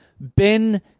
Ben